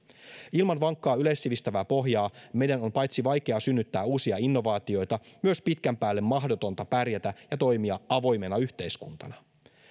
ilman vankkaa yleissivistävää pohjaa meidän on paitsi vaikea synnyttää uusia innovaatioita myös pitkän päälle mahdotonta pärjätä ja toimia avoimena yhteiskuntana